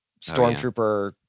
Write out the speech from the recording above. Stormtrooper